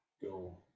go